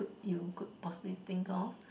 you could possibly think off